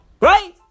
Right